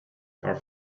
are